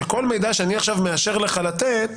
שכל מידע שאני עכשיו מאשר לך לתת,